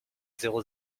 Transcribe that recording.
zéro